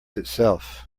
itself